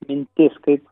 mintis kaip